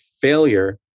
failure